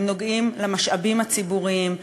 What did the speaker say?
הם נוגעים למשאבים הציבוריים,